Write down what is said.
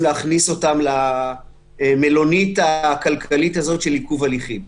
להכניס למלונית הכלכלית הזאת של עיכוב הליכים.